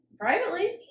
Privately